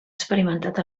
experimentat